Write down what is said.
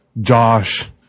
Josh